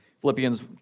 Philippians